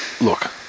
Look